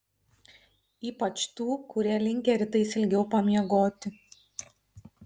ypač tų kurie linkę rytais ilgiau pamiegoti